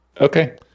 Okay